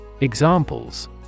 Examples